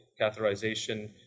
catheterization